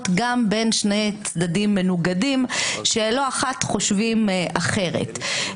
גם בין שני צדדים מנוגדים שלא אחת חושבים אחרת.